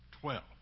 Twelve